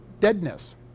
deadness